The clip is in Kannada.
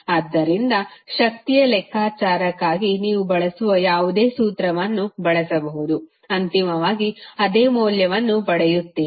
ಆದ್ದರಿಂದ ಶಕ್ತಿಯ ಲೆಕ್ಕಾಚಾರಕ್ಕಾಗಿ ನೀವು ಬಳಸಲು ಬಯಸುವ ಯಾವುದೇ ಸೂತ್ರವನ್ನು ಬಳಸಬಹುದು ಅಂತಿಮವಾಗಿ ಅದೇ ಮೌಲ್ಯವನ್ನು ಪಡೆಯುತ್ತೀರಿ